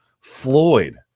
Floyd